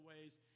ways